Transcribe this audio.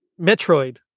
Metroid